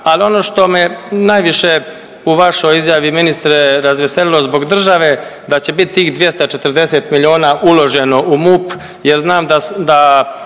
ali ono što me najviše u vašoj izjavi, ministre, razveselilo zbog države, da će bit tih 240 milijuna uloženo u MUP jer znam da